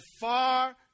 far